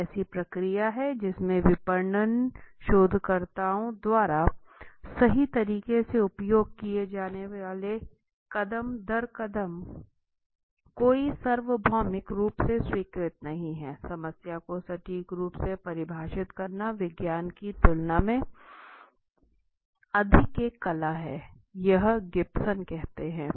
एक ऐसी प्रक्रिया है जिसमें विपणन शोधकर्ताओं द्वारा सही तरीके से उपयोग किए जाने वाले कदम दर कदम कोई सार्वभौमिक रूप से स्वीकृत नहीं है समस्या को सटीक रूप से परिभाषित करना विज्ञान की तुलना में अधिक एक कला है यह गिब्सन कहते हैं